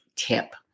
tip